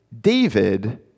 David